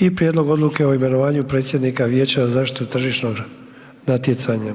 b) Prijedlog odluke o imenovanju predsjednika Vijeća za zaštitu tržišnog natjecanja,